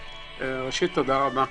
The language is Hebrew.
ראשית, תודה רבה.